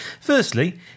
Firstly